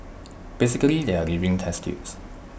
basically they are living test tubes